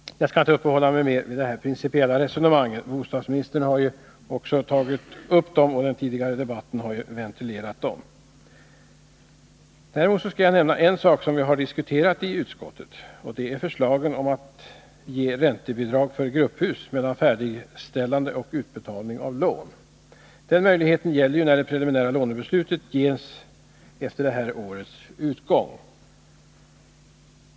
Jag skall inte uppehålla mig mer vid de här principiella resonemangen. Bostadsministern har ju också tagit upp dem. Dessutom har de ventilerats tidigare i debatten. Däremot skall jag nämna en sak som vi har diskuterat i utskottet. Det gäller förslaget om att bevilja räntebidrag för grupphus under tiden mellan färdigställandet och utbetalningen av lån. Den möjligheten gäller ju när besked om det preliminära lånebeslutet ges efter det här årets utgång.